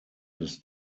his